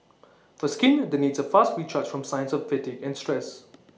for skin that needs A fast recharge from signs of fatigue and stress